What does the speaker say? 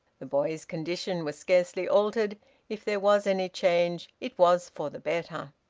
the boy's condition was scarcely altered if there was any change, it was for the better.